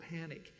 panic